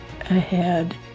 ahead